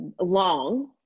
long